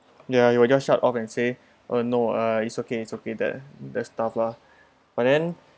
ya he will just shut off and say uh no ah it's okay it's okay that that stuff lah but then